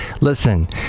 listen